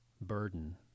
burden